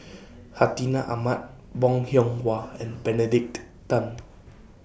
Hartinah Ahmad Bong Hiong Hwa and Benedict Tan